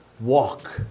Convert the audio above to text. walk